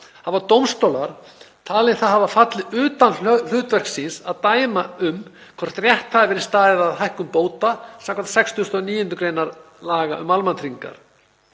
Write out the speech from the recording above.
hafa dómstólar talið það hafa fallið utan hlutverks síns að dæma um hvort rétt hafi verið staðið að hækkun bóta skv. 69. gr. laga um almannatryggingar.